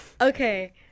okay